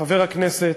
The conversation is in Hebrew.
חבר הכנסת,